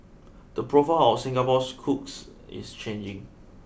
the profile of Singapore's cooks is changing